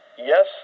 Yes